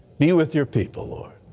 be with your people, lord.